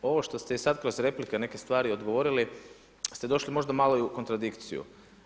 Zato ovo što ste i sad kroz replike neke stvari odgovorili ste došli možda malo i u kontradikciju.